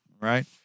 right